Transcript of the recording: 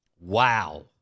wow